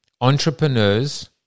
entrepreneurs